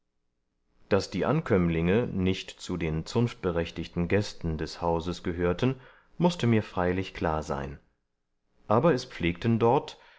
daß die ankömmlinge nicht zu den zunftberechtigten gästen des hauses gehörten mußte mir freilich klar sein aber es pflegten dort